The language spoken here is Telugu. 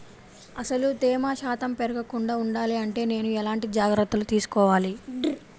అసలు తేమ శాతం పెరగకుండా వుండాలి అంటే నేను ఎలాంటి జాగ్రత్తలు తీసుకోవాలి?